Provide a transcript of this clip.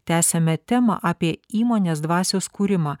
tęsiame temą apie įmonės dvasios kūrimą